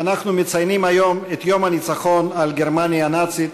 אנחנו מציינים היום את יום הניצחון על גרמניה הנאצית,